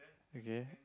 okay